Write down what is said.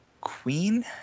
queen